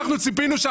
אתה לא יודע